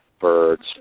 birds